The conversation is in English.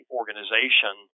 organization